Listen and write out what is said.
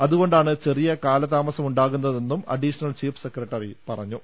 അതു കൊണ്ടാണ് ചെറിയ കാലതാമസം ഉണ്ടാകുന്നതെന്നും അഡീഷ ണൽ ചീഫ് സെക്രട്ടറി പറഞ്ഞു